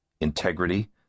integrity